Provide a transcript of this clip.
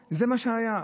פרעה, זה מה שהיה.